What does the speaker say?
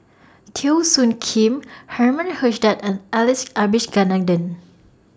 Teo Soon Kim Herman Hochstadt and Alex Abisheganaden